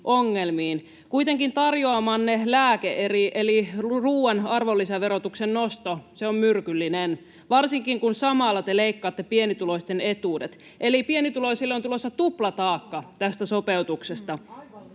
Kuitenkin tarjoamanne lääke eli ruuan arvonlisäverotuksen nosto on myrkyllinen, varsinkin kun samalla te leikkaatte pienituloisten etuudet. Eli pienituloisille on tulossa tuplataakka tästä sopeutuksesta.